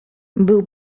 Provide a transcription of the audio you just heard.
był